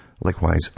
Likewise